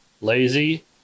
lazy